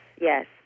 yes